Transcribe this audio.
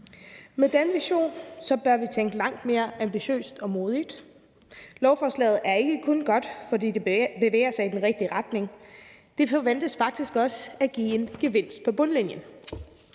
Med denne vision bør vi tænke langt mere ambitiøst og modigt. Lovforslaget er ikke kun godt, fordi det bevæger sig i den rigtige retning – det forventes faktisk også at give en gevinst på bundlinjen.